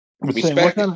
Respect